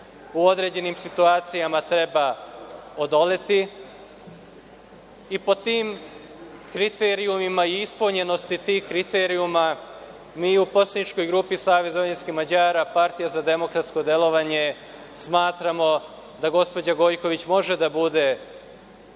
u određenim situacijama treba odoleti i pod tim kriterijumima i ispunjenosti tih kriterijuma, mi u poslaničkoj grupi SVM - Partija za demokratsko delovanje, smatramo da gospođa Gojković može da bude